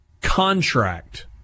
contract